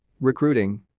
Recruiting